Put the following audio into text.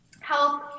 health